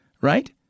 right